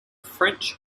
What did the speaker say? french